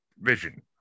vision